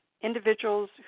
individuals